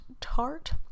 tart